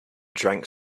drank